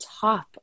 top